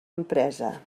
empresa